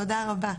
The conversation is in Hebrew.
תודה רבה.